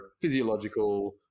physiological